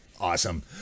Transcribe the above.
Awesome